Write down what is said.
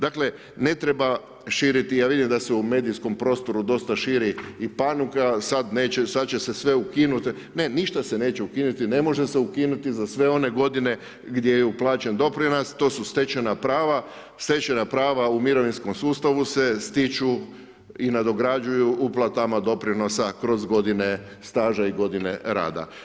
Dakle ne treba širiti, ja vidim da se u medijskom prostoru dosta širi i panika, sada će se sve ukinuti, ne ništa se neće ukinuti, ne može se ukinuti za sve one godine gdje je uplaćen doprinos to su stečena prava, stečena prava u mirovinskom sustavu se stiču i nadograđuju uplata doprinosa kroz godine staža i godine rada.